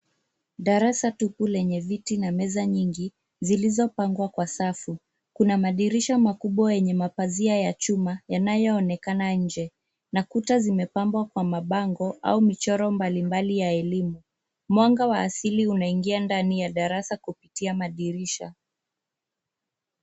Darasa tupu lenye viti na meza nyingi zilizopangwa kwa safu. Kuna madirisha makubwa yenye mapazia ya chuma yanayoonekana nje na kuta zimepambwa kwa mabango au michoro mbalimbali ya elimu. Mwanga wa asili unaingia ndani ya darasa kupitia madirisha.